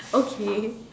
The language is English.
okay